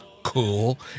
Cool